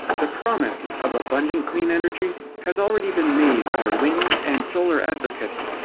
the promise of abundant clean energy has already been made by wind and solar advocates.